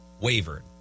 wavered